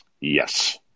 Yes